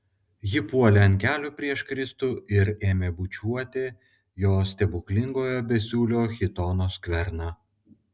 ji puolė ant kelių prieš kristų ir ėmė bučiuoti jo stebuklingojo besiūlio chitono skverną